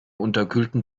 unterkühlten